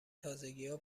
تازگیها